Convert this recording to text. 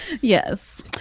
Yes